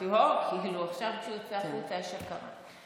אמרתי, אוה, עכשיו שהוא יוצא החוצה, יש הכרה.